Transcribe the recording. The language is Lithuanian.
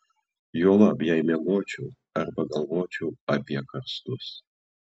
juolab jei miegočiau arba galvočiau apie karstus